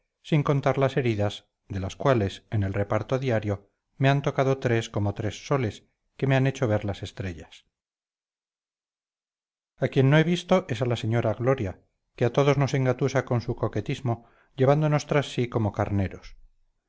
sin contar las heridas de las cuales en el reparto diario me han tocado tres como tres soles que me han hecho ver las estrellas a quien no he visto es a la señora gloria que a todos nos engatusa con su coquetismo llevándonos tras sí como carneros